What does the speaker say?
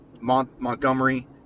Montgomery